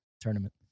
tournament